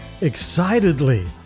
excitedly